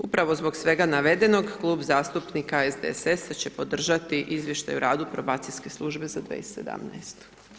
Upravo zbog svega navedenog Klub zastupnika SDSS-a će podržati izvještaj o radu probacijske službe za 2017.